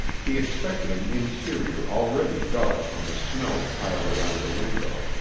he expected an interior already dark from the snow piled round the window,